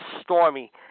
Stormy